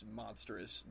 monstrous